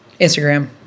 Instagram